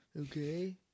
okay